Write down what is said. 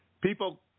people